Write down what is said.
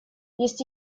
есть